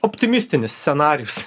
optimistinis scenarijus